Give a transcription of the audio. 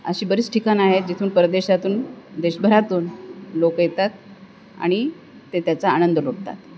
अशी बरीच ठिकाणं आहेत जिथून परदेशातून देशभरातून लोक येतात आणि ते त्याचा आनंद लुटतात